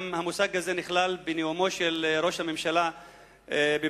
והמושג הזה גם נכלל בנאומו של ראש הממשלה בבר-אילן.